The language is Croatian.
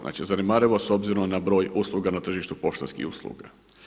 Znači zanemarivo s obzirom na broj usluga na tržištu poštanskih usluga.